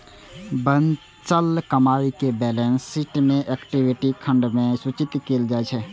बचल कमाइ कें बैलेंस शीट मे इक्विटी खंड मे सूचित कैल जाइ छै